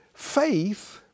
Faith